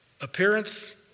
appearance